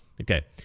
Okay